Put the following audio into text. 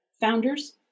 founders